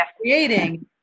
creating